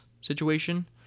situation